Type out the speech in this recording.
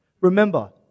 Remember